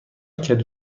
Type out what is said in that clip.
کدو